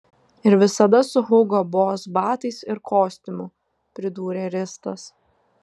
ir visada su hugo boss batais ir kostiumu pridūrė ristas